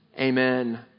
Amen